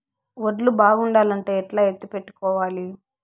వడ్లు బాగుండాలంటే ఎట్లా ఎత్తిపెట్టుకోవాలి?